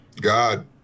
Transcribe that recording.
God